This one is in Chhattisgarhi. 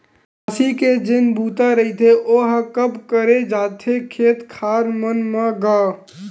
बियासी के जेन बूता रहिथे ओहा कब करे जाथे खेत खार मन म गा?